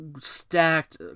stacked